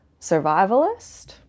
survivalist